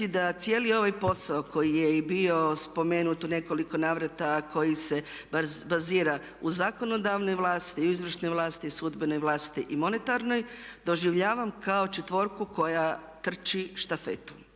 da cijeli ovaj posao koji je i bio spomenut u nekoliko navrata koji se bazira u zakonodavnoj vlasti i izvršnoj vlasti i sudbenoj vlasti i monetarnoj doživljavam kao četvorku koja trči štafetu.